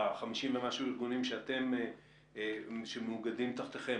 בארגונים שמאוגדים תחתיכם,